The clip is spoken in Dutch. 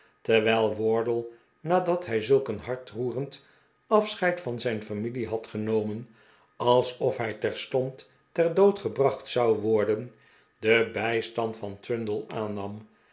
terwijl wardle nadat hij zulk een hartroerend afscheid van zijn familie had genomen alsof hij terstond ter dood gebracht zou worden den bijstand van trundle aannam